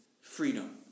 freedom